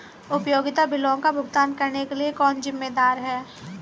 उपयोगिता बिलों का भुगतान करने के लिए कौन जिम्मेदार है?